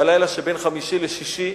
בלילה שבין חמישי לשישי,